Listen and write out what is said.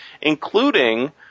including